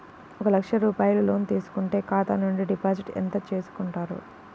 ఒక లక్ష రూపాయలు లోన్ తీసుకుంటే ఖాతా నుండి డిపాజిట్ ఎంత చేసుకుంటారు?